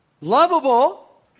Lovable